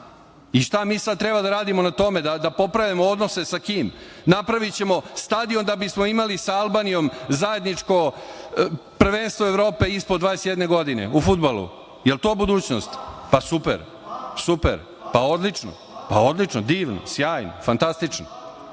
sad, mi treba da radimo na tome da popravimo odnose sa KiM? Napravićemo stadion da bismo imali sa Albanijom zajedničko prvenstveno Evrope ispod 21 godine u fudbalu. Jel to budućnost? Super, odlično, divno, sjajno, fantastično.